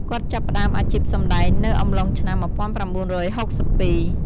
គាត់ចាប់ផ្ដើមអាជីពសម្ដែងនៅអំឡុងឆ្នាំ១៩៦២។